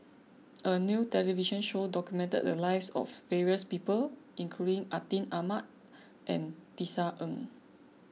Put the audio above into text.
a new television show documented the lives of various people including Atin Amat and Tisa Ng